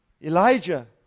Elijah